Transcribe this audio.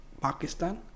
Pakistan